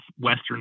western